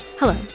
Hello